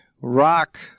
rock